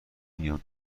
میان